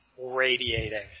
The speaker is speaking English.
radiating